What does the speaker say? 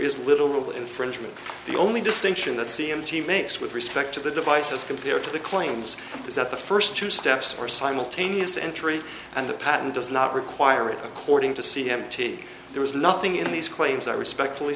is little infringement the only distinction that c m t makes with respect to the device as compared to the claims is that the first two steps are simultaneous entry and the patent does not require it according to see empty there is nothing in these claims i respectfully